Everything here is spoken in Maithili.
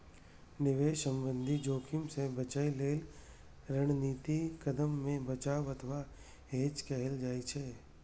निवेश संबंधी जोखिम सं बचय लेल रणनीतिक कदम कें बचाव अथवा हेज कहल जाइ छै